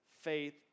faith